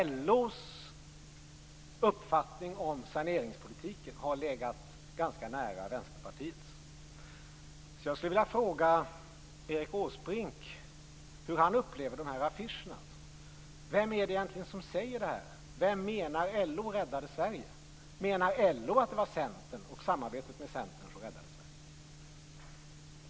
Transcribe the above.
LO:s uppfattning om saneringspolitiken har legat ganska nära Vänsterpartiets uppfattning. Jag vill fråga Erik Åsbrink hur han upplever denna affisch. Vem är det egentligen som säger detta? Vem anser LO räddade Sverige? Menar LO att det var samarbetet med Centern som räddade Sverige?